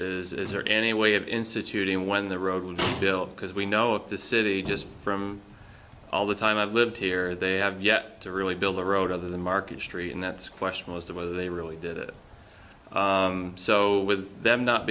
is there any way of instituting when the road built because we know at the city just from all the time i've lived here they have yet to really build a road other than market street and that's questionable as to whether they really did it so with them not